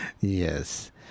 Yes